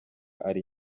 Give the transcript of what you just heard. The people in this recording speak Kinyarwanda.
ari